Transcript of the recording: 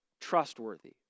trustworthy